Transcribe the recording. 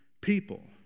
people